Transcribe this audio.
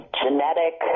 genetic